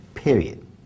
period